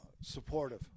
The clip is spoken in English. supportive